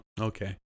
okay